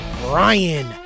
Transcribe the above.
Brian